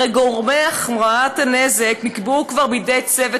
הרי גורמי הוכחת הנזק נקבעו כבר בידי צוות